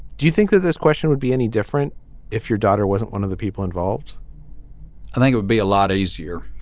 do you think that this question would be any different if your daughter wasn't one of the people involved i think it would be a lot easier.